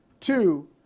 Two